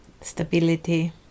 stability